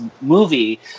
movie